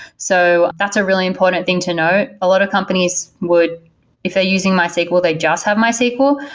so that's a really important thing to know. a lot of companies would if they're using mysql, they just have mysql.